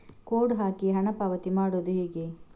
Code ಹಾಕಿ ಹಣ ಪಾವತಿ ಮಾಡೋದು ಹೇಗೆ?